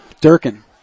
Durkin